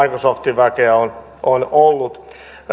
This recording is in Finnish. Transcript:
microsoftin väkeä on on ollut